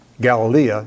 Galilee